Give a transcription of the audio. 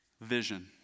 vision